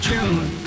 June